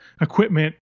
equipment